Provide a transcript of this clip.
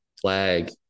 flag